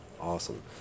Awesome